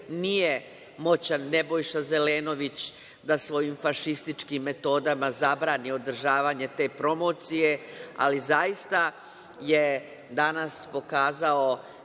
Nije moćan Nebojša Zelenović da svojim fašističkim metodama zabrani održavanje te promocije, ali zaista je danas pokazao